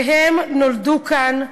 שהם נולדו כאן,